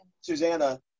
Susanna